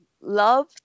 love